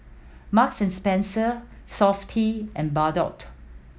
Marks and Spencer Sofy and Bardot